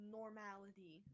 normality